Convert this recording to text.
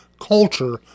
culture